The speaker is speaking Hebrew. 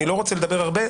אני לא רוצה לדבר הרבה,